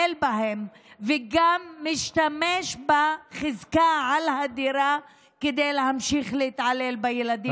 בהם וגם משתמש בחזקתו על הדירה כדי להמשיך להתעלל בילדים,